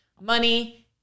money